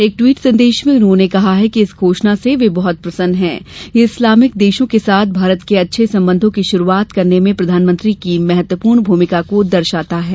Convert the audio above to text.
एक टवीट संदेश में उन्होंने कहा है कि इस घोषणा से वे बहत प्रसन्न हैं यह इस्लामिक देशों के साथ भारत के अच्छे संबंधों की शुरूआत करने में प्रधानमंत्री की महत्वपूर्ण भूमिका को दर्शाता है